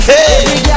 Hey